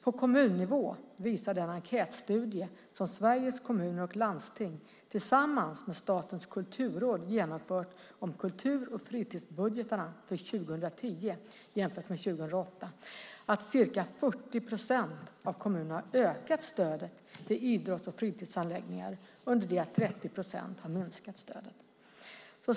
På kommunnivå visar den enkätstudie som Sveriges Kommuner och Landsting tillsammans med Statens kulturråd genomfört om kultur och fritidsbudgetarna för 2010 jämfört med 2008 att ca 40 procent av kommunerna har ökat stödet till idrotts och fritidsanläggningar under det att 30 procent har minskat stödet.